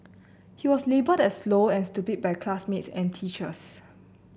he was labelled as slow and stupid by classmates and teachers